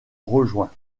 rejoints